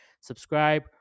Subscribe